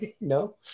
No